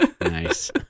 Nice